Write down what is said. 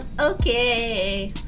okay